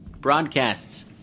Broadcasts